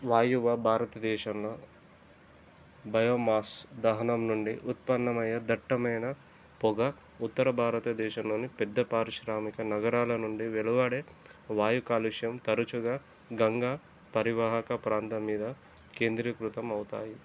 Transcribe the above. వాయువ భారతదేశంలో బయోమాస్ దహనం నుండి ఉత్పన్నమయ్యే దట్టమైన పొగ ఉత్తర భారతదేశంలోని పెద్ద పారిశ్రామిక నగరాల నుండి వెలువడే వాయు కాలుష్యం తరచుగా గంగా పరీవాహక ప్రాంతం మీద కేంద్రీకృతమవుతాయి